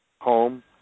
home